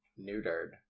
neutered